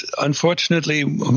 unfortunately